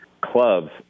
clubs